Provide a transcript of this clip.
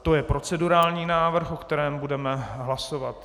To je procedurální návrh, o kterém budeme hlasovat.